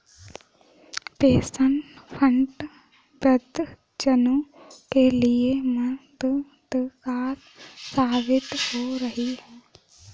pension fund वृद्ध जनों के लिए मददगार साबित हो रही है